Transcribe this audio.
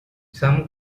some